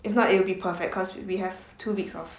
if not it'll be perfect cause we have two weeks of